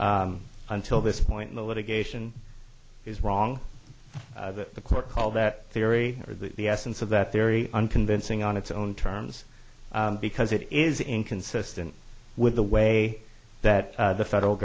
until this point in the litigation is wrong that the court call that theory or the essence of that theory unconvincing on its own terms because it is inconsistent with the way that the federal